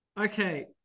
Okay